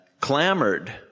clamored